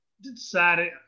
decided